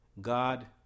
God